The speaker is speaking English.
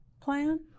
plan